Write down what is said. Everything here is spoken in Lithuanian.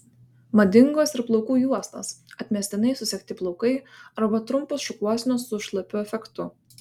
madingos ir plaukų juostos atmestinai susegti plaukai arba trumpos šukuosenos su šlapiu efektu